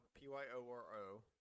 P-Y-O-R-O